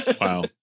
wow